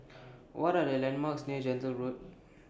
What Are The landmarks near Gentle Road